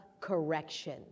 correction